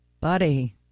Buddy